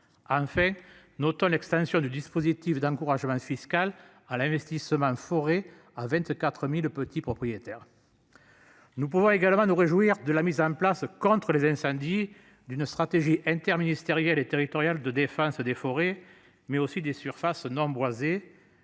En fait, notons l'extension du dispositif d'encouragement fiscal à l'investissement. À 24.000 petits propriétaires. Nous pouvons également nous réjouir de la mise en place contre les incendies d'une stratégie interministérielle et territoriale de défense des forêts, mais aussi des surfaces non boisées